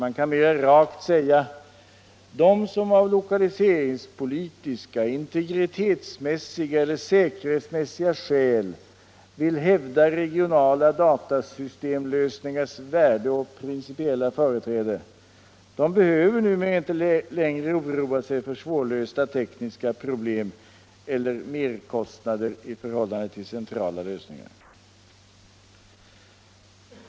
Man kan mera rakt säga: De som av lokaliseringspolitiska, integritetsmässiga eller säkerhetsmässiga skäl vill hävda regionala datasystemlösningars värde och principiella företräde behöver numera inte längre oroa sig för svårlösliga tekniska problem eller merkostnader i förhållande till centrala lösningar.